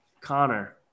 Connor